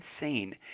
insane